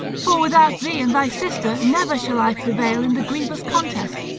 for without thee and thy sister never shall i prevail in the grievous contest.